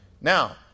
Now